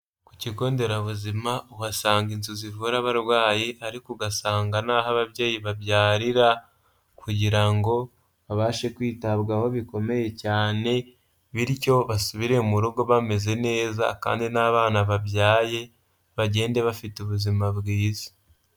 Ku kigo nderabuzima uhasanga inzu zivura abarwayi, ariko ugasanga nahoho ababyeyi babyarira kugira ngo babashe kwitabwaho bikomeye cyane, bityo basubire mu rugo bameze neza kandi n'abana babyaye bagende bafite ubuzima bwiza.